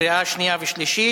קריאה שנייה ושלישית.